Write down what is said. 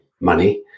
money